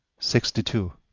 sixty two.